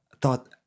thought